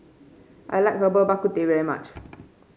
I like Herbal Bak Ku Teh very much